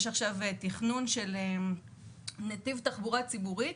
יש עכשיו תכנון של נתיב תחבורה ציבורית